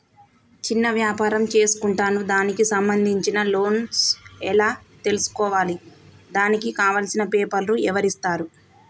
చిన్న వ్యాపారం చేసుకుంటాను దానికి సంబంధించిన లోన్స్ ఎలా తెలుసుకోవాలి దానికి కావాల్సిన పేపర్లు ఎవరిస్తారు?